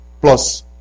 plus